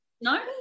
No